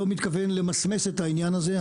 לא מתכוון למסמס את העניין הזה.